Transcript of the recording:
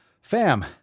Fam